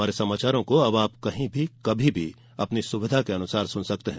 हमारे समाचारों को अब आप कभी भी और कहीं भी अपनी सुविधा के अनुसार सुन सकते हैं